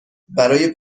برای